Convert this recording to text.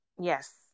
yes